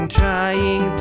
trying